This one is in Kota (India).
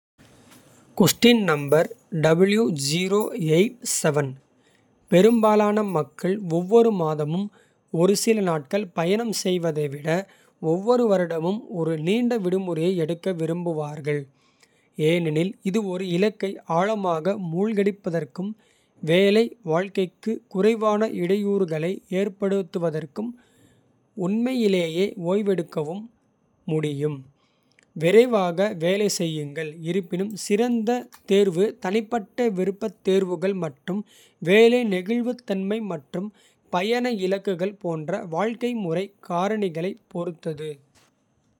பெரும்பாலான மக்கள் ஒவ்வொரு மாதமும் ஒரு சில நாட்கள். பயணம் செய்வதை விட ஒவ்வொரு வருடமும் ஒரு நீண். ட விடுமுறையை எடுக்க விரும்புவார்கள். ஏனெனில் இது ஒரு இலக்கை ஆழமாக மூழ்கடிப்பதற்கும். வேலை வாழ்க்கைக்கு குறைவான இடையூறுகளை ஏற்படுத்துவதற்கும். உண்மையிலேயே ஓய்வெடுக்கவும், ஓய்வெடுக்கவும் முடியும். விரைவாக வேலை செய்யுங்கள் இருப்பினும். சிறந்த தேர்வு தனிப்பட்ட விருப்பத்தேர்வுகள் மற்றும் வேலை. நெகிழ்வுத்தன்மை மற்றும் பயண இலக்குகள் போன்ற. வாழ்க்கை முறை காரணிகளைப் பொறுத்தது.